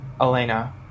Elena